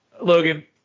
logan